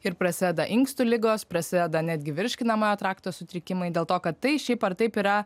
ir prasideda inkstų ligos prasideda netgi virškinamojo trakto sutrikimai dėl to kad tai šiaip ar taip yra